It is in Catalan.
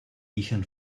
ixen